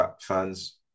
fans